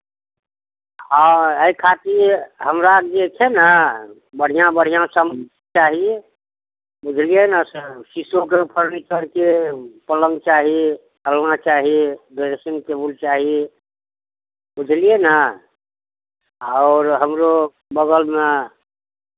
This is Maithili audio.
हँ एहि खातिर हमरा जे छै ने बढ़िआँ बढ़िआँ सभ चाही बुझलियै ने शीशोके फर्नीचरके पलङ्ग चाही अलना चाही ड्रेसिंग टेबुल चाही बुझलियै ने आओर हमरो बगलमे